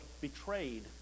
betrayed